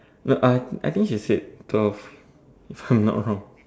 look I I think he said dwarf if I'm not wrong